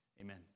Amen